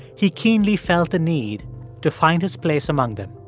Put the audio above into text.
he keenly felt the need to find his place among them.